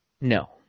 No